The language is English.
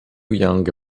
young